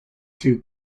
two